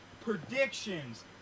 predictions